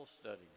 study